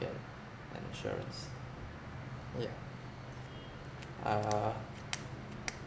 get an insurance yeah uh